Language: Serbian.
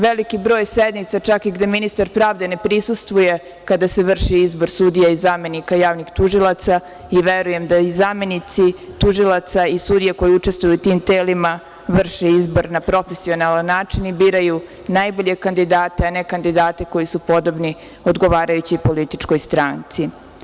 Veliki broj sednica, čak i gde ministar pravde ne prisustvuje kada se vrši izbor sudija i zamenika javnih tužilaca, i verujem da i zamenici tužilaca i sudije koje učestvuju u tim telima vrše izbor na profesionalan način i biraju najbolje kandidate, a ne kandidate koji su podobni odgovarajući političkoj stranci.